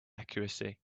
accuracy